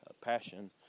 Passion